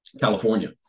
California